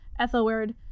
Ethelward